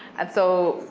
and so,